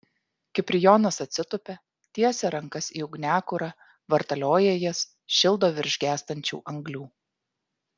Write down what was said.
kiprijonas atsitupia tiesia rankas į ugniakurą vartalioja jas šildo virš gęstančių anglių